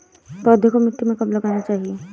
पौधें को मिट्टी में कब लगाना चाहिए?